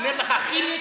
אומר לך: חיליק,